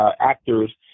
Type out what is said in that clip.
actors